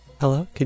hello